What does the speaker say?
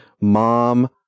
Mom